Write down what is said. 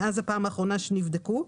מאז הפעם האחרונה שנבדקו,